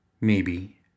Maybe